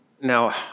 Now